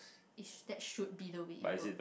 ish that should be way it work